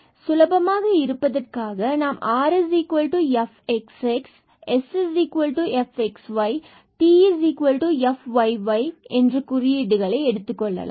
இங்கு சுலபமாக இருப்பதற்காக நாம் இந்த rfxxab sfxyabtfyyab குறியீடுகளை எடுத்துக்கொள்ளலாம்